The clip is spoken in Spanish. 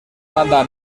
banda